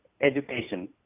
education